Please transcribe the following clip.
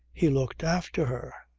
he looked after her.